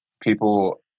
people